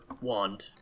wand